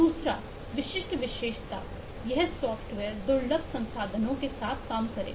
दूसरा विशिष्ट विशेषता यह सॉफ्टवेयर दुर्लभ संसाधनों के साथ काम करेगा